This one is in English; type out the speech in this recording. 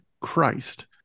Christ